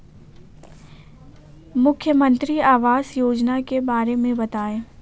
मुख्यमंत्री आवास योजना के बारे में बताए?